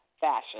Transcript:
fashion